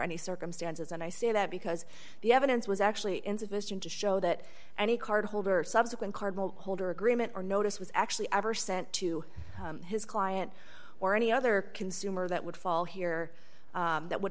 any circumstances and i say that because the evidence was actually insufficient to show that any card holder or subsequent card holder agreement or notice was actually ever sent to his client or any other consumer that would fall here that would